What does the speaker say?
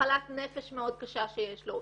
מחלת נפש מאוד קשה שיש לו,